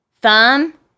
Thumb